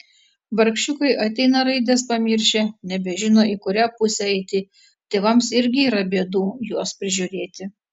vargšiukai ateina raides pamiršę nebežino į kurią pusę eiti tėvams irgi yra bėdų juos prižiūrėti